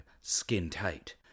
skin-tight